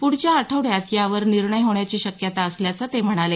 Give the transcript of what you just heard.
पुढच्या आठवड्यात यावर निर्णय होण्याची शक्यता असल्याचं ते म्हणाले